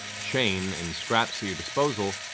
chain, and scraps at your disposal.